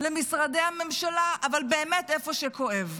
למשרדי הממשלה, אבל באמת איפה שכואב.